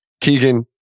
Keegan